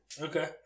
Okay